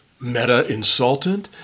Meta-insultant